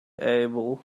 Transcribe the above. able